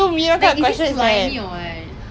ya hmm boring lah five people